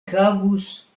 havus